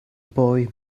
boy